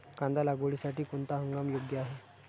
कांदा लागवडीसाठी कोणता हंगाम योग्य आहे?